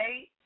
eight